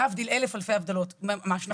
להבדיל אלף אלפי הבדלות, ממש נכון.